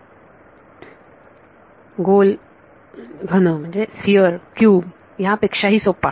विद्यार्थी गोल घन यापेक्षाही सोपा